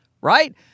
Right